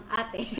ate